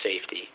safety